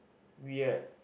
weird